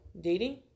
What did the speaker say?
dating